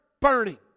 burning